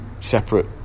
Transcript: separate